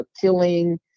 killing